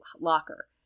locker